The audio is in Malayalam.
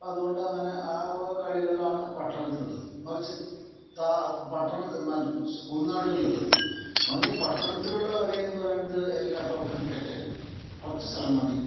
അപ്പോൾ അതുകൊണ്ട് അങ്ങനെ ആ വക കളികളാണ് പട്ടണത്തിൽ ഉള്ളത് മറിച്ച് പട്ടണത്തിൽ മറ്റു ഉൾനാടുകളിൽ ഉള്ളത് മറിച്ച് പട്ടണത്തിലുള്ള കളി എന്നു പറയുന്നത് എല്ലാം ഇപ്പോൾ ക്രിക്കറ്റ് കുറച്ചു സ്ഥലം മതി